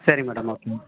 சரி madam okay